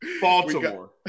Baltimore